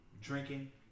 drinking